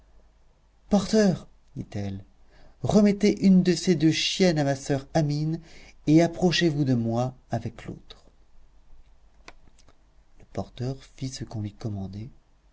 porteur dit-elle remettez une de ces deux chiennes à ma soeur amine et approchez-vous de moi avec l'autre le porteur fit ce qu'on lui commandait